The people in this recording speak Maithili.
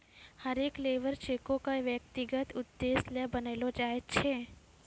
हरेक लेबर चेको क व्यक्तिगत उद्देश्य ल बनैलो जाय छै